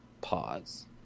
Pause